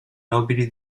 nobili